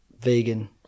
vegan